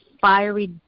fiery